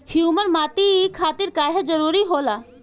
Humus माटी खातिर काहे जरूरी होला?